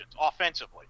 offensively